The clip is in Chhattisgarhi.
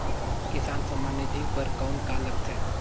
किसान सम्मान निधि बर कौन का लगथे?